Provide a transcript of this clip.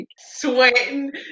Sweating